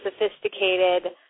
sophisticated